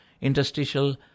interstitial